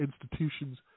institutions